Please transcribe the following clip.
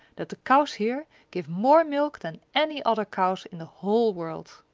that the cows here give more milk than any other cows in the whole world!